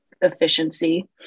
efficiency